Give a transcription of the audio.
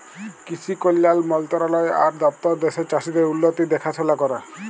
কিসি কল্যাল মলতরালায় আর দপ্তর দ্যাশের চাষীদের উল্লতির দেখাশোলা ক্যরে